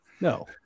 No